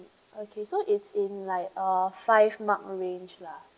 okay so it's in like uh five mark range lah